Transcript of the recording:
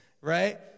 right